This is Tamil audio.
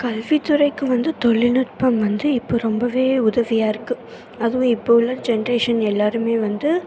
கல்வித்துறைக்கு வந்து தொழில்நுட்பம் வந்து இப்ப ரொம்ப உதவியாக இருக்குது அதுவும் இப்போ உள்ள ஜென்ரேஷன் எல்லோருமே வந்து